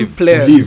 players